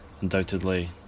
Undoubtedly